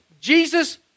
Jesus